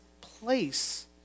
place